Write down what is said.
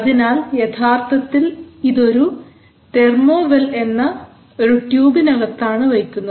അതിനാൽ യഥാർത്ഥത്തിൽ ഇത് ഒരു തെർമോ വെൽ എന്ന ഒരു ട്യൂബിന് അകത്താണ് വയ്ക്കുന്നത്